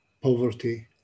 poverty